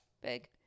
big